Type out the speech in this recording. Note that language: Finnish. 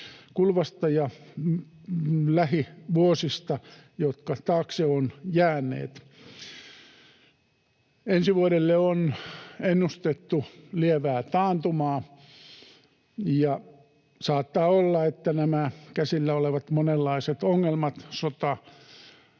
vuodesta ja lähivuosista, jotka taakse ovat jääneet. Ensi vuodelle on ennustettu lievää taantumaa, ja saattaa olla, että nämä käsillä olevat monenlaiset ongelmat — sota,